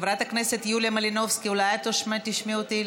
חברת הכנסת יוליה מלינובסקי, אולי את תשמעי אותי.